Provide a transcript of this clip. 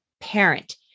parent